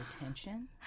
attention